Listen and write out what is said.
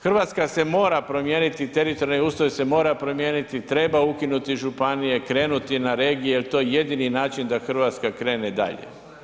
Hrvatska se mora promijeniti, teritorijalni ustroj se mora promijeniti, treba ukinuti županije, krenuti na regije jer je to jedini način da Hrvatska krene dalje.